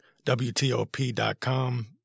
WTOP.com